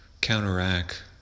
counteract